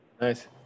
nice